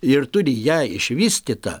ir turi ją išvystytą